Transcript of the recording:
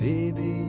Baby